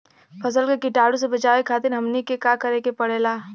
फसल के कीटाणु से बचावे खातिर हमनी के का करे के पड़ेला?